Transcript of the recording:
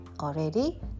already